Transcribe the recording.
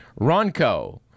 Ronco